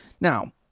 Now